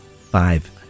five